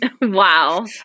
Wow